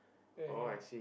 and